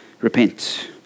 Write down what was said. repent